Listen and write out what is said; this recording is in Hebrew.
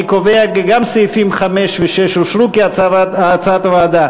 אני קובע כי גם סעיפים 5 ו-6 אושרו כהצעת הוועדה.